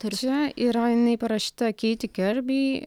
čia yra parašyta keity kerby